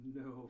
no